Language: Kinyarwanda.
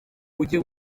ujye